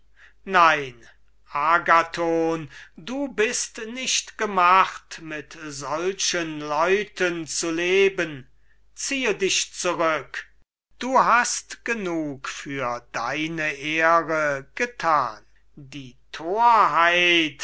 nein agathon du bist nicht gemacht mit solchen leuten zu leben ziehe dich zurück du hast genug für deine ehre getan die